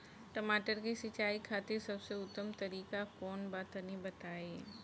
टमाटर के सिंचाई खातिर सबसे उत्तम तरीका कौंन बा तनि बताई?